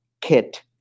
kit